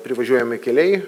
privažiuojami keliai